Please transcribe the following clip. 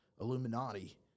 Illuminati